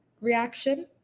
reaction